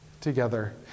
together